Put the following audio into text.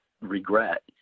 regret